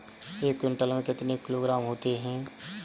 एक क्विंटल में कितने किलोग्राम होते हैं?